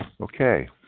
Okay